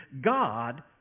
God